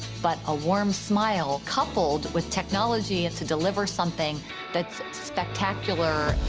but a warm smile coupled with technology to deliver something that's spectacular,